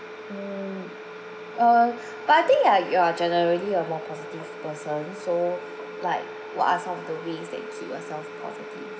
mm uh but I think you're you are generally a more positive person so like what are some of the ways that keep yourself positive